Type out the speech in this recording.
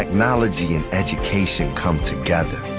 technology and education come together,